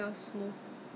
just put on it